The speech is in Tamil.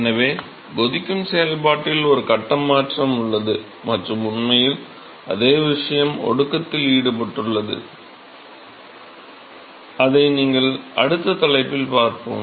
எனவே கொதிக்கும் செயல்பாட்டில் ஒரு கட்ட மாற்றம் உள்ளது மற்றும் உண்மையில் அதே விஷயம் ஒடுக்கத்தில் ஈடுபட்டுள்ளது அதை அடுத்த தலைப்பில் பார்ப்போம்